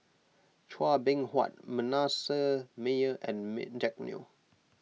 Chua Beng Huat Manasseh Meyer and Jack Neo